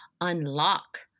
unlock